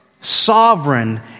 sovereign